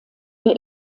der